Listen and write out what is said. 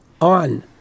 on